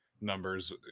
numbers